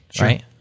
right